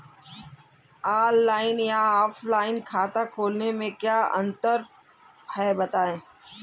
Online या offline खाता खोलने में क्या अंतर है बताएँ?